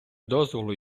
дозволу